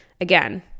again